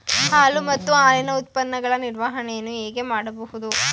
ಹಾಲು ಮತ್ತು ಹಾಲಿನ ಉತ್ಪನ್ನಗಳ ನಿರ್ವಹಣೆಯನ್ನು ಹೇಗೆ ಮಾಡಬಹುದು?